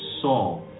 saw